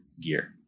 gear